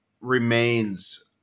remains